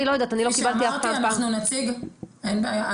אמרנו שבתי הספר ואנחנו נמצאים -- מחלים